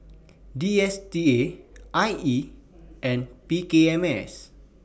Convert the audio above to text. D S T A I E and P K M S